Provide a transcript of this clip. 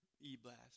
e-blast